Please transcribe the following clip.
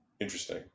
Interesting